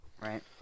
right